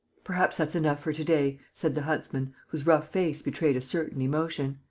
perhaps that's enough for to-day, said the huntsman, whose rough face betrayed a certain emotion.